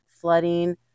flooding